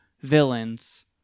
villains